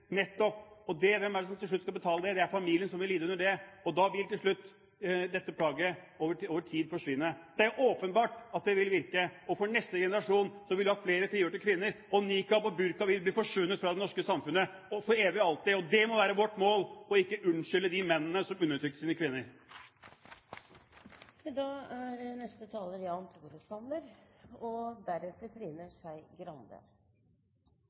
og mister sosiale ytelser. Nettopp! Og hvem er det som til slutt skal betale det? Det er familien som vil lide under det, og da vil til slutt – over tid – dette plagget forsvinne. Det er jo åpenbart at det vil virke! I neste generasjon vil vi da ha flere frigjorte kvinner, og niqab og burka vil forsvinne fra det norske samfunnet for evig og alltid. Det må være vårt mål. Man må ikke unnskylde de mennene som undertrykker sine kvinner.